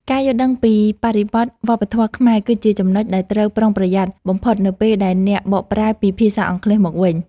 ការយល់ដឹងពីបរិបទវប្បធម៌ខ្មែរគឺជាចំណុចដែលត្រូវប្រុងប្រយ័ត្នបំផុតនៅពេលដែលអ្នកបកប្រែពីភាសាអង់គ្លេសមកវិញ។